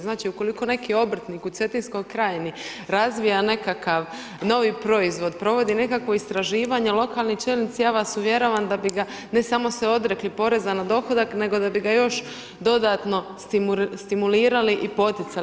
Znači, ukoliko neki obrtnik u Cetinskoj krajnji razvija nekakav novi proizvod, provodi nekakvo istraživanje, lokalni čelnici, ja vas uvjeravam, da bi ga ne samo se odrekli poreza na dohodak, nego da bi ga još dodatno stimulirali i poticali.